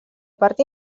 part